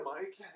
Mike